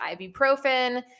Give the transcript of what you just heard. ibuprofen